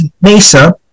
Mesa